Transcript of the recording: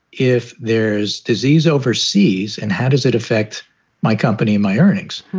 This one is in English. if there's disease overseas and how does it affect my company, and my earnings.